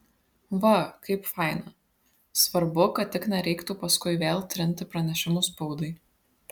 va kaip faina svarbu kad tik nereiktų paskui vėl trinti pranešimų spaudai